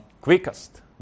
quickest